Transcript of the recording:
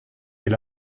est